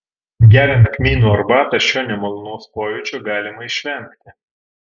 geriant kmynų arbatą šio nemalonaus pojūčio galima išvengti